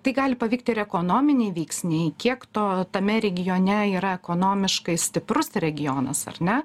tai gali paveikt ir ekonominiai veiksniai kiek to tame regione yra ekonomiškai stiprus regionas ar ne